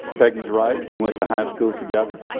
peggy's right, we went to high school together.